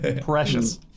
precious